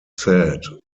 said